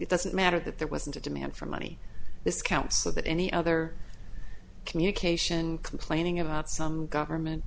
it doesn't matter that there wasn't a demand for money this counsel that any other communication complaining about some government